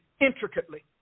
intricately